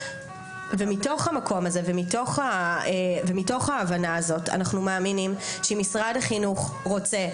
מתוך המקום הזה ומתוך ההבנה הזאת אנחנו מאמינים שאם משרד החינוך רוצה,